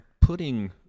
putting